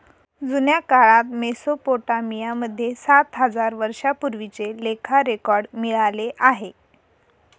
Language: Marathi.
जुन्या काळात मेसोपोटामिया मध्ये सात हजार वर्षांपूर्वीचे लेखा रेकॉर्ड मिळाले आहे